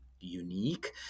unique